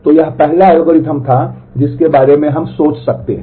तो यह पहला एल्गोरिथ्म था जिसके बारे में हम सोच सकते हैं